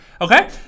okay